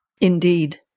Indeed